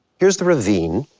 here's the ravine,